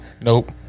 Nope